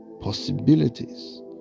possibilities